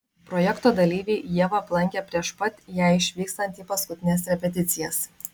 projekto dalyviai ievą aplankė prieš pat jai išvykstant į paskutines repeticijas